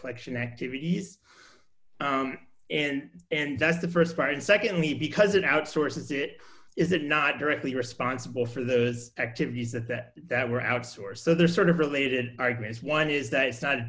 collection activities and and that's the st part and secondly because it outsources it is that not directly responsible for those activities that that that were outsource so they're sort of related arguments one is that it's not